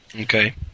Okay